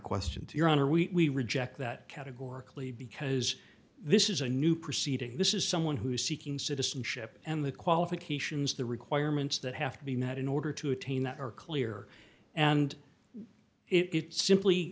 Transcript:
question to your honor we reject that categorically because this is a new proceeding this is someone who is seeking citizenship and the qualifications the requirements that have to be met in order to attain that are clear and it simply